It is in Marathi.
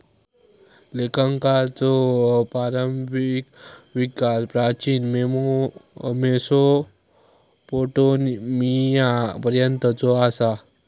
लेखांकनाचो प्रारंभिक विकास प्राचीन मेसोपोटेमियापर्यंतचो असा